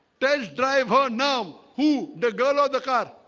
tells drive her now who the girl of the car?